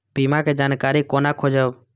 बीमा के जानकारी कोना खोजब?